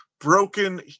Broken